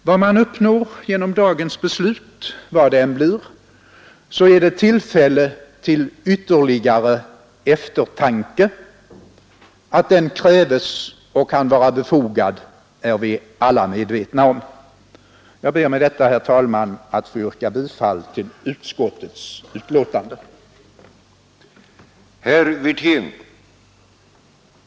Vad man än uppnår genom dagens beslut, vilket det nu blir, så ger det tillfälle till ytterligare eftertanke. Att sådan kan vara befogad är vi alla medvetna om. Jag ber med detta, herr talman, att få yrka bifall till utskottets hemställan utom såvitt avser punkten 1 mom. 3, 6 och 7, där jag anslutit mig till reservationsyrkandena.